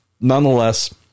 Nonetheless